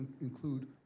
include